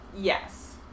Yes